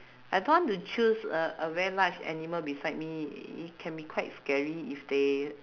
I don't want to choose a a very large animal beside me it can be quite scary if they